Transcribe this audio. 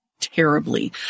terribly